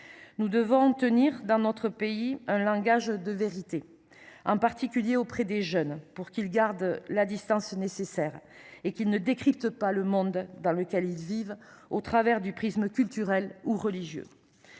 Nous devons, dans notre pays, tenir un langage de vérité, en particulier auprès des jeunes, pour que ceux ci gardent la distance nécessaire et ne décryptent pas le monde dans lequel ils vivent au travers d’un prisme culturel ou religieux.